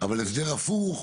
הסדר הפוך,